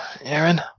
Aaron